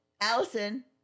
allison